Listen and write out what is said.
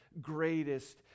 greatest